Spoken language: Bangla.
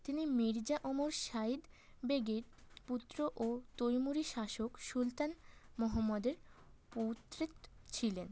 তিনি মির্জা অমর শাহিদ বেগের পুত্র ও তৈমুরী শাসক সুলতান মহম্মদের পৌত্র ছিলেন